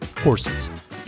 horses